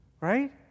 right